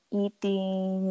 eating